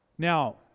Now